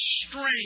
strength